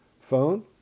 phone